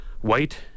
White